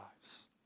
lives